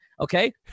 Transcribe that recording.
Okay